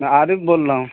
میں عارف بول رہا ہوں